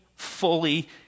fully